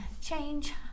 change